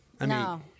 No